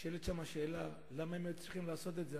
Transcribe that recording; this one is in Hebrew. נשאלת שם שאלה, למה הם היו צריכים לעשות את זה.